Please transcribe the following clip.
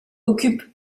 occupent